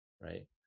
right